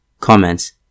Comments